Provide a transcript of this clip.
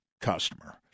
customer